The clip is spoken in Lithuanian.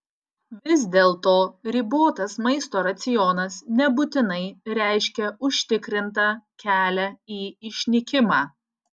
vis dėlto ribotas maisto racionas nebūtinai reiškia užtikrintą kelią į išnykimą